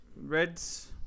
Reds